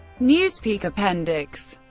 newspeak appendix